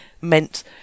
meant